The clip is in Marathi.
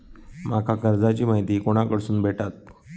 माका कर्जाची माहिती कोणाकडसून भेटात?